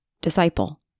Disciple